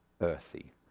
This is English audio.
earthy